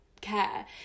care